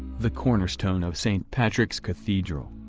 the cornerstone of st. patrick's cathedral.